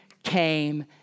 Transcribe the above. Came